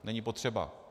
Není potřeba.